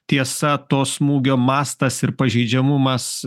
tiesa to smūgio mastas ir pažeidžiamumas